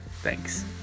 thanks